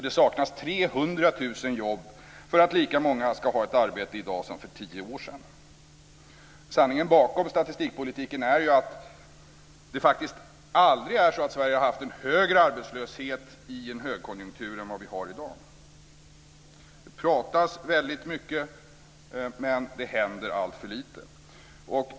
Det saknas 300 000 jobb för att lika många ska ha ett arbete i dag som för tio år sedan. Sanningen bakom statistikpolitiken är den att Sverige faktiskt aldrig har haft en högre arbetslöshet i en högkonjunktur än vad vi har i dag. Det pratas väldigt mycket, men det händer alltför lite. Herr talman!